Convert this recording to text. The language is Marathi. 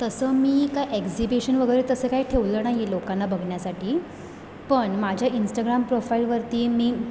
तसं मी काय एक्झिबिशन वगैरे तसं काय ठेवलं नाही आहे लोकांना बघण्यासाठी पण माझ्या इंस्टाग्राम प्रोफाईलवरती मी